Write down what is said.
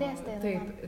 dėstė jinai man